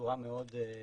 בצורה מאוד מהירה.